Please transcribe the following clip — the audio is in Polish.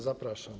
Zapraszam.